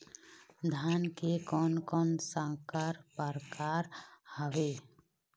धान के कोन कोन संकर परकार हावे?